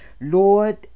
Lord